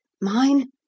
mine